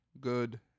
good